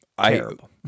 terrible